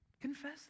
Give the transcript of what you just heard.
Confess